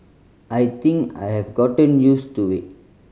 I think I have gotten used to it